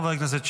חבר הכנסת שירי,